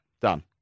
Done